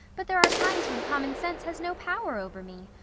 but there are times when common sense has no power over me.